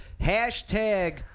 Hashtag